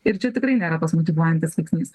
ir čia tikrai nėra tas motyvuojantis veiksnys